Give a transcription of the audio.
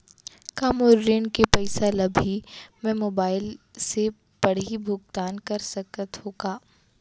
का मोर ऋण के पइसा ल भी मैं मोबाइल से पड़ही भुगतान कर सकत हो का?